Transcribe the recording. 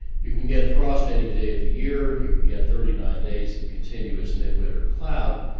you can get frost any day of the year. you can get thirty nine days of continuous midwinter cloud,